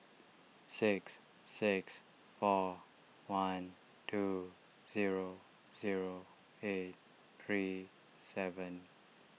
six six four one two zero zero eight three seven